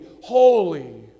holy